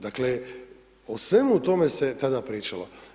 Dakle, o svemu tome se tada pričalo.